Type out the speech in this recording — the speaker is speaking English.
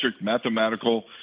mathematical